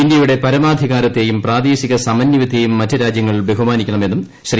ഇന്ത്യയുടെ പരമാധികാരത്തേയും പ്രാദേശിക സമന്വയത്തേയും മറ്റ് രാജ്യങ്ങൾ ബഹുമാനിക്കണമെന്നുംശ്രീ